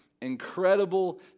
Incredible